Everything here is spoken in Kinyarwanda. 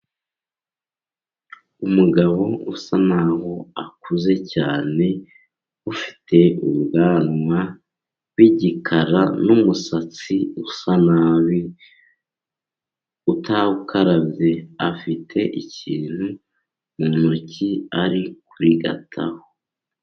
Umugabo usa naho akuze cyane, ufite ubwanwa bw'igikara n'umusatsi usa nabi utakarabye afite ikintu mu ntoki ari kurigataho.